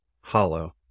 hollow